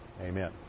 Amen